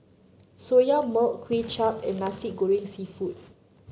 Soya Milk Kuay Chap and Nasi Goreng seafood